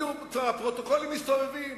הפרוטוקולים מסתובבים,